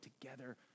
together